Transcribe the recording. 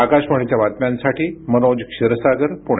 आकाशवाणीच्या बातम्यांसाठी मनोज क्षीरसागर पुणे